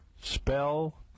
Spell